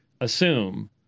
assume